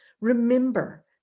Remember